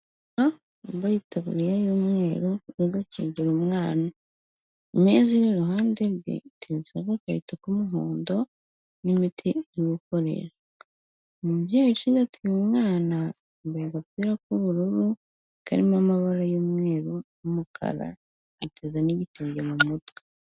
Umu mama wambaye itaburiye y'umweru uri gukingira umwana, imeza iri iruhande rwe iteretseho agakweto k'umuhondo n'imiti ari gukoresha, umubyeyi ucigatiye umwana yambaye agapira k'ubururu karimo amabara y'umweru n'umukara yiteze n'igitenge mu mutwe.